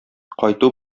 кайту